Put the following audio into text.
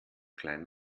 klein